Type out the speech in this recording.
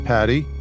Patty